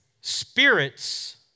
Spirits